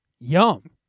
Yum